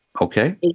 Okay